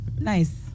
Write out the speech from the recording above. nice